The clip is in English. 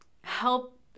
help